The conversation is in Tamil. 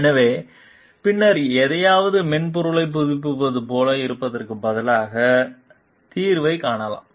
எனவே பின்னர் எதையாவது மென்பொருளைப் புதுப்பிப்பது போல இருப்பதற்குப் பதிலாக தீர்வைக் காணலாம்